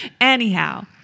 Anyhow